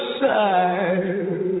side